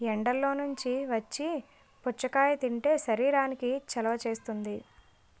ఎండల్లో నుంచి వచ్చి పుచ్చకాయ తింటే శరీరానికి చలవ చేస్తుంది